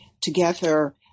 together